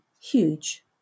huge